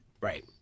Right